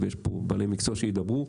ויש פה בעלי מקצוע שידברו.